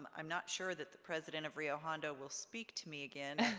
um i'm not sure that the president of rio hondo will speak to me again